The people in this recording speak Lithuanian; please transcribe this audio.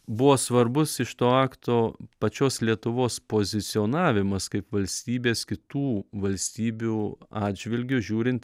buvo svarbus iš to akto pačios lietuvos pozicionavimas kaip valstybės kitų valstybių atžvilgiu žiūrint